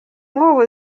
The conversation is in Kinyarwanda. nkubu